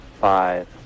Five